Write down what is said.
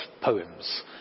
poems